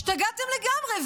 השתגעתם לגמרי,